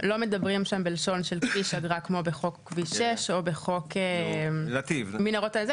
לא מדברים שם בלשון של כביש אגרה כמו בחוק כביש 6 או בחוק מנהרות הזה.